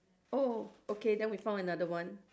oh okay then we found another one